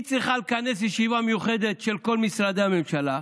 היא צריכה לכנס ישיבה מיוחדת של כל משרדי הממשלה,